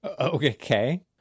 okay